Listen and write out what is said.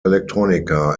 electronica